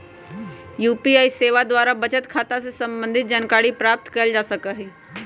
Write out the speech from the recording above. UPI सेवा द्वारा बचत खता से संबंधित जानकारी प्राप्त कएल जा सकहइ